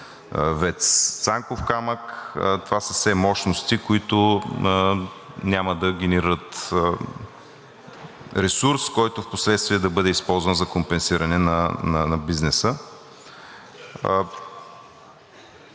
ВЕЦ „Цанков камък“. Това са все мощности, които няма да генерират ресурс, който впоследствие да бъде използван за компенсиране на бизнеса.